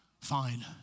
fine